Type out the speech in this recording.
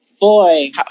boy